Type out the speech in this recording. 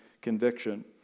Conviction